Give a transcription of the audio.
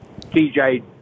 TJ